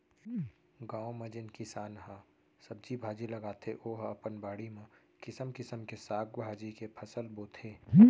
गाँव म जेन किसान ह सब्जी भाजी लगाथे ओ ह अपन बाड़ी म किसम किसम के साग भाजी के फसल बोथे